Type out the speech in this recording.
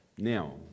Now